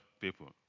people